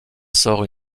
sort